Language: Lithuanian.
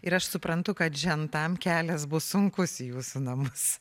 ir aš suprantu kad žentam kelias bus sunkus jūsų namuos